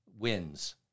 Wins